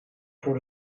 voor